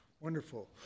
Wonderful